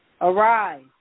Arise